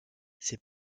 ses